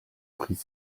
prix